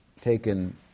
taken